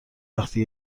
وقتی